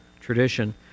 tradition